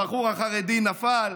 הבחור החרדי נפל,